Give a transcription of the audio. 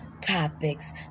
topics